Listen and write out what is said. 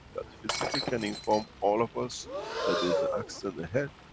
that physically can inform all of us that there is an accident ahead,